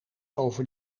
over